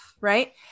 Right